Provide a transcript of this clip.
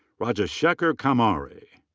rajashekar kammari.